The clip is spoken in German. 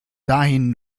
dahin